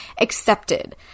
accepted